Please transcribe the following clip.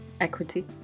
Equity